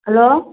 hello